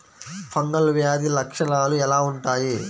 Fungal వ్యాధి లక్షనాలు ఎలా వుంటాయి?